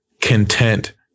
content